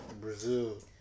Brazil